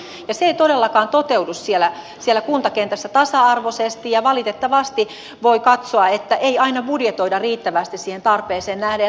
se ei todellakaan toteudu kuntakentässä tasa arvoisesti ja valitetta vasti voi katsoa että aina ei budjetoida riittävästi tarpeeseen nähden